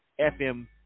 FM